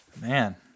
Man